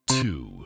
two